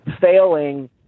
failing